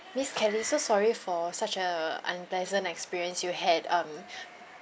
miss kelly so sorry for such a unpleasant experience you had um